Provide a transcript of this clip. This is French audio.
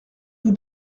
vous